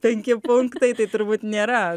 penki punktai tai turbūt nėra